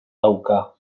dauka